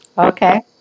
Okay